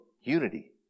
Unity